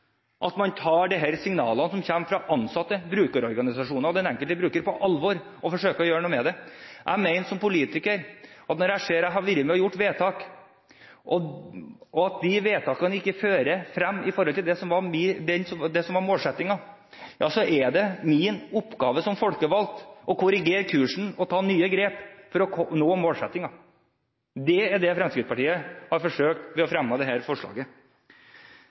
at man tar de signalene som kommer fra ansatte, brukerorganisasjonene og den enkelte bruker på alvor og forsøker å gjøre noe med det. Jeg mener som politiker at når jeg ser at jeg har vært med og gjort vedtak, og at de vedtakene ikke fører frem med tanke på det som var målsettingen, er det min oppgave som folkevalgt å korrigere kursen og ta nye grep for å nå målsettingen. Det er det Fremskrittspartiet har forsøkt ved å fremme dette forslaget. For å avslutte: Når jeg hører saksordføreren si at det